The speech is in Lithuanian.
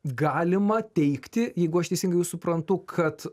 galima teigti jeigu aš teisingai jus suprantu kad